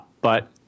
but-